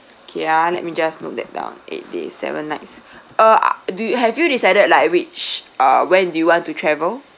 okay uh let me just note that down eight days seven night uh do you have you decided like which uh when do you want to travel